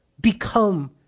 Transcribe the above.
become